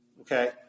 okay